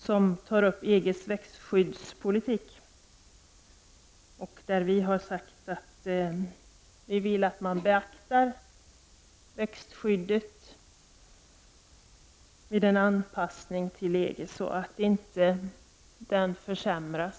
Det gäller då EGs växtskyddspolitik. Vi har sagt att vi vill att växtskyddet skall beaktas vid en anpassning till EG, så att det inte blir en försämring här.